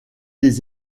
des